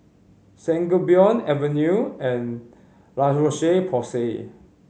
Sangobion Avenue and La Roche Porsay